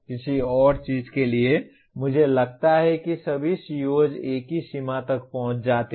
किसी और चीज के लिए मुझे लगता है कि सभी COs एक ही सीमा तक पहुंच जाते हैं